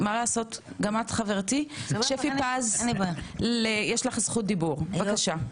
חברתי שפי פז, בבקשה.